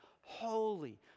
holy